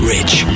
Rich